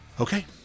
Okay